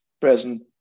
present